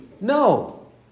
No